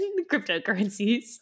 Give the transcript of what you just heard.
cryptocurrencies